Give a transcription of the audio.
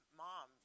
mom